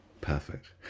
Perfect